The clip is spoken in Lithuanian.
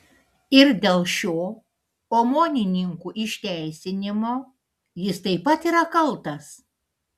ir dėl šio omonininkų išteisinimo jis taip pat yra kaltas